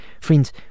Friends